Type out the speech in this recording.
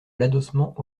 l’adossement